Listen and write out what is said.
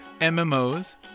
mmos